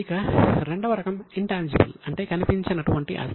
ఇక రెండవ రకం ఇన్ టాన్జిబుల్ అంటే కనిపించనటువంటి ఆస్తి